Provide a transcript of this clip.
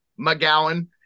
McGowan